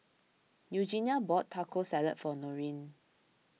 Eugenia bought Taco Salad for Norene